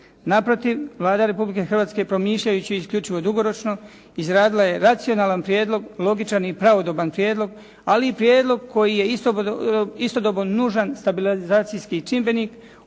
Naprotiv, Vlada Republike Hrvatske promišljajući isključivo dugoročno izradila je racionalan prijedlog, logičan i pravodoban prijedlog, ali i prijedlog koji je istodobno nužan stabilizacijski čimbenik, odnosno